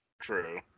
True